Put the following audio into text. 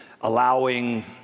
allowing